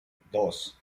dos